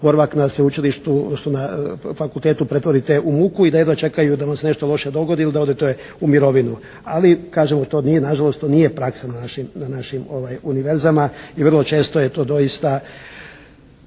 boravak na sveučilištu, odnosno na fakultetu pretvorite u muku i da jedva čekaju da mu se nešto loše dogodi ili da odete u mirovinu. Ali kažemo to nije, na žalost to nije praksa na našim univerzama i vrlo često je to doista